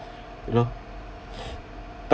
you know but